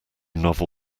novel